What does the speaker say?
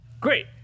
Great